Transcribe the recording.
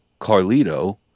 Carlito